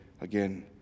again